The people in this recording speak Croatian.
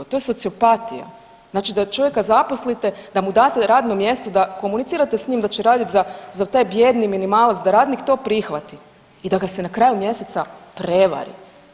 To je sociopatija, znači da čovjeka zaposlite, da mu date radno mjesto, da komunicirate s njim da ćete radit za, za taj bijedni minimalac, da radnik to prihvati i da ga se na kraju mjeseca prevari.